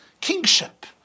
kingship